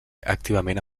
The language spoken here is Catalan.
activament